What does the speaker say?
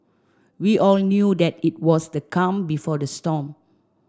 we all knew that it was the calm before the storm